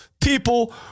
people